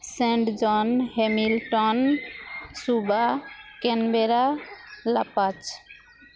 Saint John Hamilton ᱥᱩᱵᱟ Canberra ᱞᱟᱯᱟᱡ